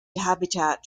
habitat